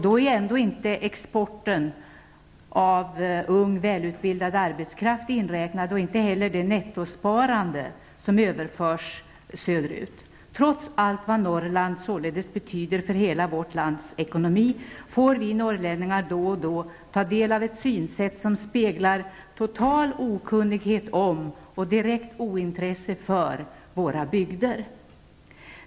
Då är ändå inte ''exporten'' av ung, välutbildad arbetskraft inräknad och inte heller det nettosparande som överförs söderut. Trots allt vad Norrland således betyder för hela vårt lands ekonomi får vi norrlänningar då och då ta del av ett synsätt som speglar total okunnighet om och direkt ointresse för våra bygder.